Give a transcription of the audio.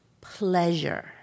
pleasure